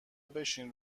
بشین